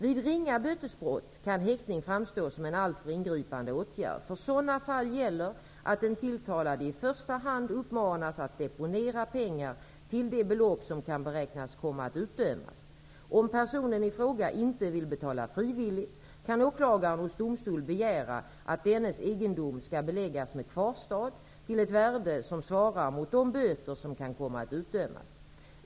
Vid ringa bötesbrott kan häktning framstå som en alltför ingripande åtgärd. För sådana fall gäller att den tilltalade i första hand uppmanas att deponera pengar till det belopp som kan beräknas komma att utdömas. Om personen i fråga inte vill betala frivilligt kan åklagaren hos domstol begära att dennes egendom skall beläggas med kvarstad till ett värde som svarar mot de böter som kan komma att utdömas.